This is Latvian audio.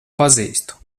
pazīstu